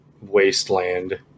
wasteland